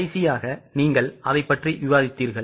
கடைசியாக நீங்கள் அதைப் பற்றி விவாதித்தீர்கள்